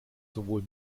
sowohl